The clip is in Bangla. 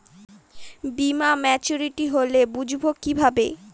বীমা মাচুরিটি হলে বুঝবো কিভাবে?